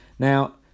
Now